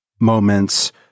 moments